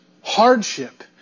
hardship